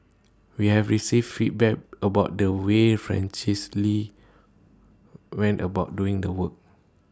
we have received feedback about the way Francis lee went about doing the work